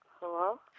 Hello